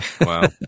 Wow